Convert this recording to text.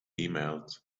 emails